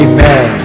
Amen